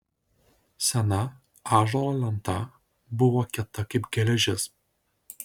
sena ąžuolo lenta buvo kieta kaip geležis